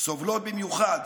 סובלות במיוחד